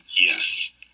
yes